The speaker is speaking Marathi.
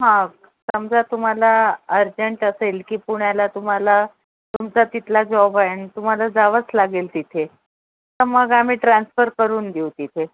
हां समजा तुम्हाला अर्जंट असेल की पुण्याला तुम्हाला तुमचा तिथला जॉब आहे अन् तुम्हाला जावंच लागेल तिथे तर मग आम्ही ट्रान्सफर करून देऊ तिथे